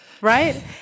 right